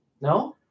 No